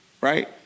right